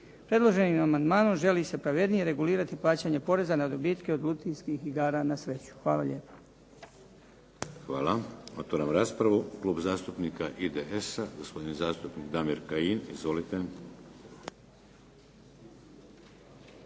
Predloženim amandmanom želi se pravednije regulirati plaćanje poreza na dobitke od lutrijskih igara na sreću. Hvala lijepa. **Šeks, Vladimir (HDZ)** Hvala. Otvaram raspravu. Klub zastupnika IDS-a, gospodin zastupnik Damir Kajin. Izvolite.